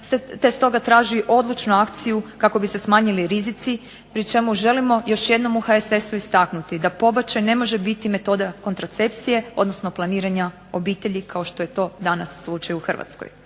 te stoga traži odlučnu akciju kako bi se smanjili rizici pri čemu želimo još jednom u HSS-u istaknuti da pobačaj ne može biti metoda kontracepcije, odnosno planiranja obitelji kao što je to danas slučaj u Hrvatskoj.